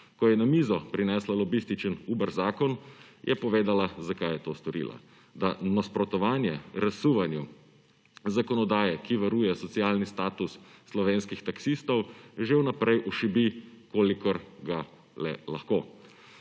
Ko je na mizo prinesla lobističen Uber zakon, je povedala, zakaj je to storila – da nasprotovanje razsuvanju zakonodaje, ki varuje socialni status slovenskih taksistov, že vnaprej ošibi, kolikor ga le lahko.